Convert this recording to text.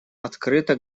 открыто